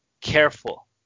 careful